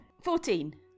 Fourteen